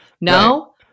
No